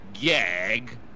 gag